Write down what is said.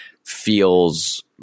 feels